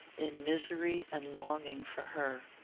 in misery and longing for her.